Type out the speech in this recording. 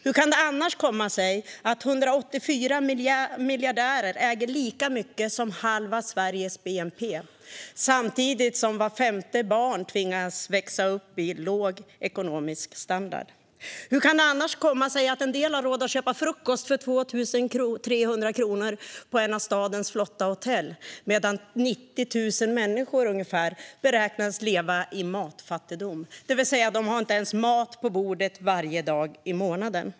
Hur kan det annars komma sig att 184 miljardärer äger lika mycket som halva Sveriges bnp, samtidigt som vart femte barn tvingas växa upp med låg ekonomisk standard? Hur kan det annars komma sig att en del har råd att köpa frukost för 2 300 kronor på ett av stadens flotta hotell, medan ungefär 90 000 människor beräknas leva i matfattigdom och inte ens har mat på bordet varje dag i månaden?